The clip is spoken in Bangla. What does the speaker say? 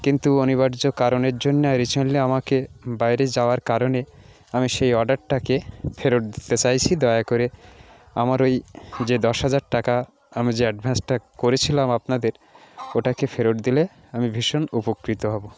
কিন্তু অনিবার্য কারণের জন্যে রিসেন্টলি আমাকে বাইরে যাওয়ার কারণে আমি সেই অর্ডারটিকে ফেরত দিতে চাইছি দয়া করে আমার ওই যে দশ হাজার টাকা আমি যে অ্যাডভানসটা করেছিলাম আপনাদের ওটাকে ফেরত দিলে আমি ভীষণ উপকৃত হব